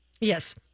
Yes